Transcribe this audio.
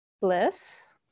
bliss